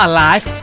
Alive